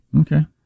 Okay